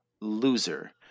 loser